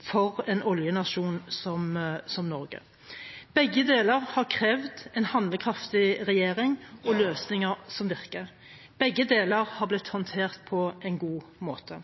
for en oljenasjon som Norge. Begge deler har krevd en handlekraftig regjering og løsninger som virker, og begge deler har blitt håndtert på en god måte.